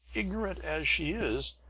ignorant as she is,